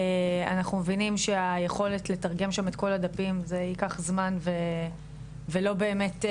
אנחנו מבינים שהיכולת לתרגם שם את כל הדפים זה ייקח זמן ולא באמת.